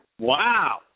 Wow